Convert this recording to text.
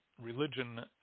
Religion